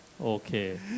Okay